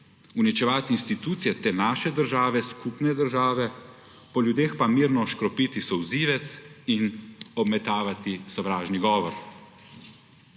uničevati institucije te naše države, skupne države, po ljudeh pa mirno škropiti solzivec in obmetavati sovražni govor.